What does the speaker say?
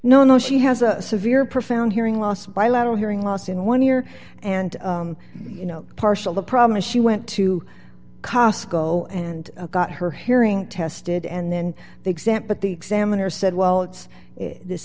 no no she has a severe profound hearing loss bilateral hearing loss in one ear and you know partial the problem is she went to cosco and got her hearing tested and then the exam put the examiner said well it's this